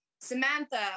Samantha